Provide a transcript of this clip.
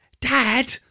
Dad